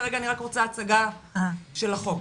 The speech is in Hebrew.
כרגע אני רק רוצה הצגה של החוק.